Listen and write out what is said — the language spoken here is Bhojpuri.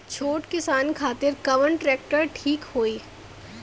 छोट किसान खातिर कवन ट्रेक्टर ठीक होई?